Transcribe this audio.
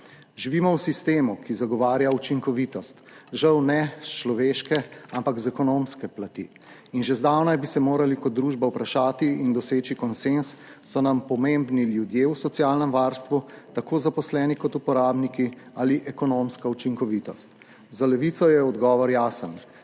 Živimo v sistemu, ki zagovarja učinkovitost, žal ne s človeške, ampak z ekonomske plati. Že zdavnaj bi se morali kot družba vprašati in doseči konsenz, so nam pomembni ljudje v socialnem varstvu, tako zaposleni kot uporabniki, ali ekonomska učinkovitost. Za Levico je odgovor jasen,